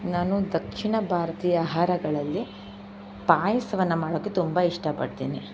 ನಾನು ದಕ್ಷಿಣ ಭಾರತೀಯ ಆಹಾರಗಳಲ್ಲಿ ಪಾಯಸವನ್ನು ಮಾಡೋಕ್ಕೆ ತುಂಬ ಇಷ್ಟಪಡ್ತೀನಿ